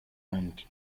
hands